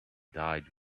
died